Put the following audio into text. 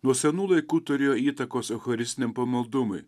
nuo senų laikų turėjo įtakos eucharistiniam pamaldumui